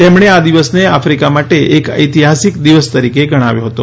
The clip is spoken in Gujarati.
તેમણે આ દિવસને આફ્રિકા માટે ઐતિહસિક દિવસ તરીકે ગણાવ્યો હતો